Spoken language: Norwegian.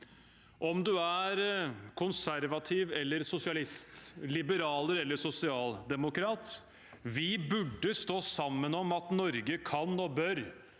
Om man er konservativ eller sosialist, liberaler eller sosialdemokrat, burde vi stå sammen om at Norge kan og bør